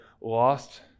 lost